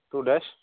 two dash